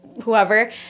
Whoever